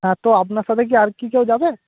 হ্যাঁ তো আপনার সাথে কি আর কি কেউ যাবে